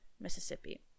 Mississippi